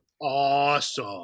awesome